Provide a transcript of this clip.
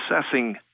assessing